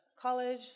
college